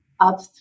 up